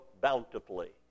bountifully